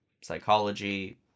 psychology